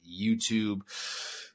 YouTube